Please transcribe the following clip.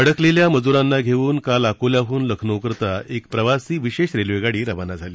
अडकलेल्या मजूरांना घेऊन काल अकोल्याहून लखनऊ करिता एक प्रवासी विशेष रेल्वे गाडी रवाना झाली